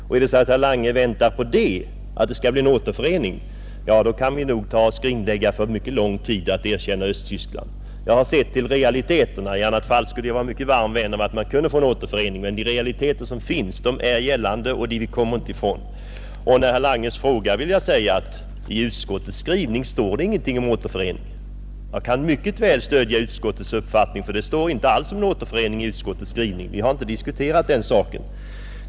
Om herr Lange väntar på en återförening, då kan vi nog för en lång tid framåt skrinlägga planen på att erkänna Östtyskland. Jag har sett på realiteterna, I annat fall skulle jag ha varit en mycket varm vän av en återförening, men de realiteter som finns kan vi inte komma ifrån, Beträffande herr Langes fråga vill jag säga att det i utskottets skrivning inte står någonting om återföreningen. Och därför kan jag mycket väl stödja utskottets uppfattning. Vi har inte diskuterat den saken.